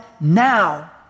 now